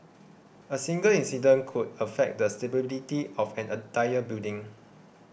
a single incident could affect the stability of an entire building